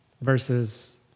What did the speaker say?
versus